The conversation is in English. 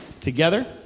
together